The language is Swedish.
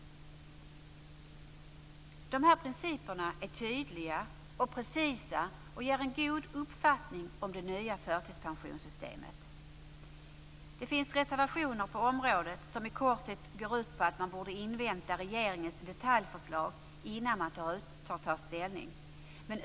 De här principerna är tydliga och precisa och ger en god uppfattning om det nya förtidspensionssystemet. Det finns reservationer på området, som i korthet går ut på att man borde invänta regeringens detaljförslag inan man tar ställning.